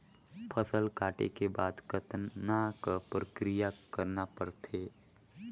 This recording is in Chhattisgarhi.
फसल काटे के बाद कतना क प्रक्रिया करना पड़थे?